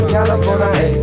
California